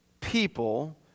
people